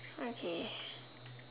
okay